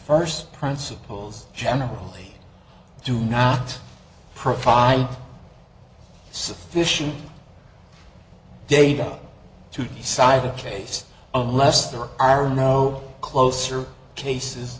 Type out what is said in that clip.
first principles generally do not provide sufficient data to cite a case unless there are no closer cases